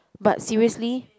but seriously